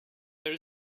there